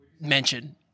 mention